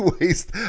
waste